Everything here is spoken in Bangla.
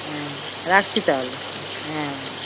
হুম রাখছি তাহলে হ্যাঁ